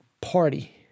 Party